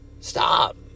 Stop